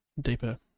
deeper